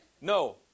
No